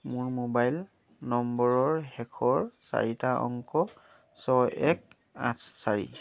মোৰ মোবাইল নম্বৰৰ শেষৰ চাৰিটা অংক ছয় এক আঠ চাৰি